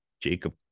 Jacob